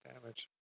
damage